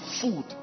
food